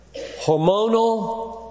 hormonal